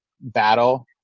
battle